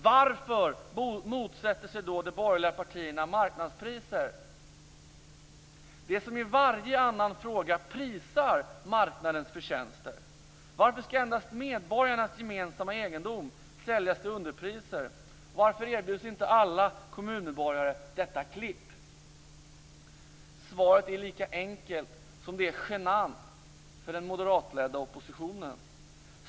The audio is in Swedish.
Varför motsätter sig då de borgerliga partierna marknadspriser, de som i varje annan fråga prisar marknadens förtjänster? Varför skall endast medborgarnas gemensamma egendom säljas till underpriser, och varför erbjuds inte alla kommunmedborgare detta klipp? Svaret är lika enkelt som det är genant för den moderatledda oppositionen.